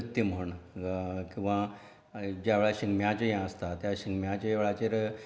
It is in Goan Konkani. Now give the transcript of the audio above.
नृत्य म्हण किंवां ज्या वेळार शिगम्याचें हें आसता त्या शिगम्याच्या वेळाचेर